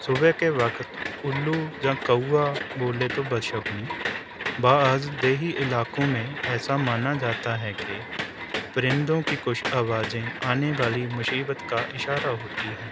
صبح کے وقت الّو یا کوا بولے تو بدشگنی بعض دیہی علاقوں میں ایسا مانا جاتا ہے کہ پرندوں کی کچھ آوازیں آنے والی مصیبت کا اشارہ ہوتی ہیں